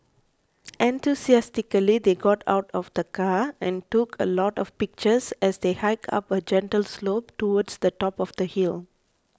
enthusiastically they got out of the car and took a lot of pictures as they hiked up a gentle slope towards the top of the hill